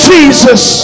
Jesus